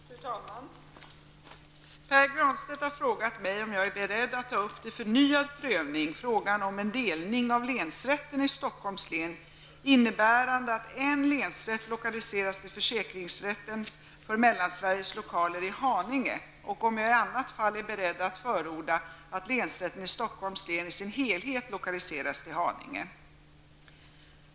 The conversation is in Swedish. Fru talman! Pär Granstedt har frågat mig om jag är beredd att ta upp till förnyad prövning frågan om en delning av länsrätten i Stockholms län innebärande att en länsrätt lokaliseras till försäkringsrättens för Mellansverige lokaler i Haninge och om jag i annat fall är beredd att förorda att länsrätten i Stockholms län i sin helhet lokaliseras till Haninge.